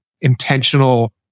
intentional